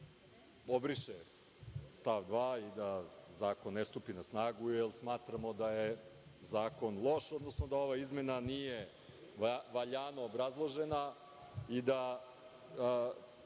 se obriše stav 2. i da zakon ne stupi na snagu, jer smatramo da je zakon loš, odnosno da ova izmena nije valjano obrazložena i da